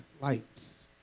lights